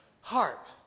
harp